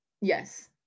yes